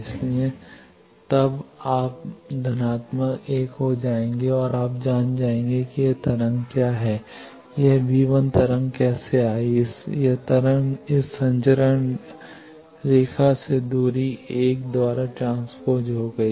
इसलिए तब आप धनात्मक 1 हो जाएंगे और आप जान जाएंगे कि यह तरंग क्या है यह तरंग कैसे आई यह तरंग इस संचरण रेखा से दूरी l द्वारा ट्रांस्पोज हो गई